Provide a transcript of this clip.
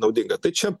naudinga tai čia